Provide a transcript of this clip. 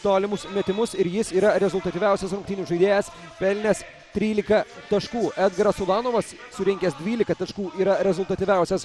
tolimus metimus ir jis yra rezultatyviausias rungtynių žaidėjas pelnęs trylika taškų edgaras ulanovas surinkęs dvylika taškų yra rezultatyviausias